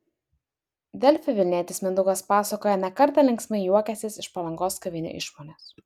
delfi vilnietis mindaugas pasakoja ne kartą linksmai juokęsis iš palangos kavinių išmonės